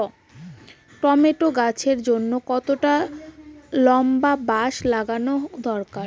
Tomato গাছের জন্যে কতটা লম্বা বাস লাগানো দরকার?